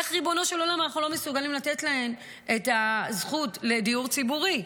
איך ריבונו של עולם אנחנו לא מסוגלים לתת להן את הזכות לדיור ציבורי?